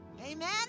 Amen